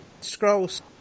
scrolls